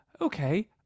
okay